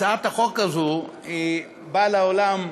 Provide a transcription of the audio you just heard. הצעת החוק הזאת באה לעולם מהשטח,